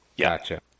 Gotcha